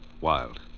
wild